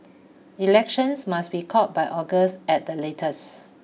elections must be called by August at the latest